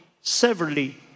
severely